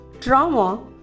trauma